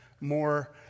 more